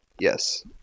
Yes